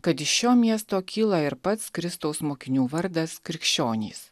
kad iš šio miesto kyla ir pats kristaus mokinių vardas krikščionys